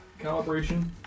calibration